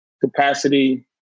capacity